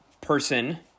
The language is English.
person